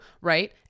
right